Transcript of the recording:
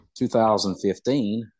2015